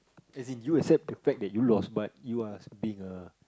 as in you accept the fact that you lost but you are being a